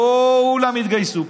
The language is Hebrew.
כולם התגייסו,